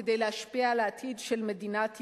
כדי להשפיע על העתיד של מדינת ישראל.